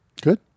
Good